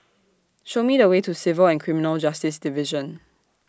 Show Me The Way to Civil and Criminal Justice Division